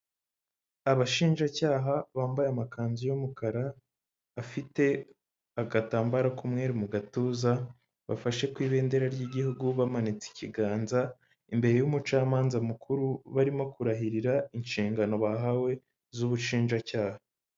Abashinjacyaha bambaye amakanzu y'umukara, afite agatambaro k'umwe mu gatuza, bafashe ku ibendera ry'igihugu bamanitse ikiganza, imbere y'umucamanza mukuru barimo kurahirira inshingano bahawe z'ubushinjacyaha.